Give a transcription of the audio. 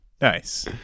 Nice